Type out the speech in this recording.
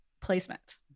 placement